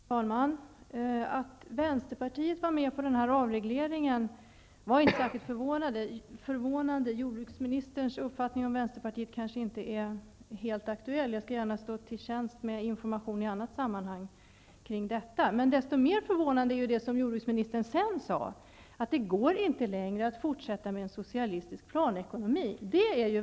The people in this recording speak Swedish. Fru talman! Att vänsterpartiet var med på denna avreglering var inte särskilt förvånande. Jordbruksministerns uppfattning om vänsterpartiet kanske inte är helt aktuell. Jag skall gärna stå till tjänst med information kring detta i annat sammanhang. Desto mer förvånande var det som jordbruksministern sedan sade, att det inte längre går att fortsätta med en socialistisk planekonomi.